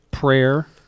Prayer